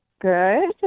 good